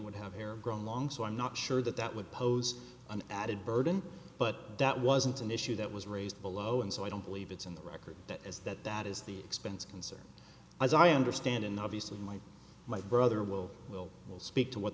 would have hair grown long so i'm not sure that that would pose an added burden but that wasn't an issue that was raised below and so i don't believe it's in the record that is that that is the expense concern as i understand in the obviously my my brother will will will speak to what